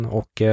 och